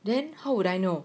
then how would I know